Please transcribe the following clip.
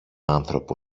άνθρωπο